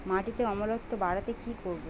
মাটিতে অম্লত্ব বাড়লে কি করব?